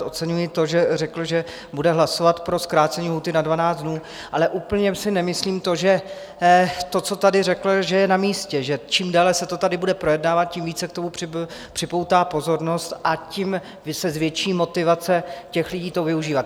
Oceňuji to, že řekl, že bude hlasovat pro zkrácení lhůty na 12 dnů, ale úplně si nemyslím to, co tady řekl, že je namístě, že čím déle se to tady bude projednávat, tím více k tomu připoutá pozornost a tím se zvětší motivace těch lidí to využívat.